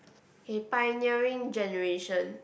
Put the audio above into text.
okay pioneering generation